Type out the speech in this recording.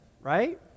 right